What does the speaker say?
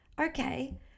Okay